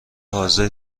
حاضر